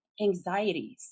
anxieties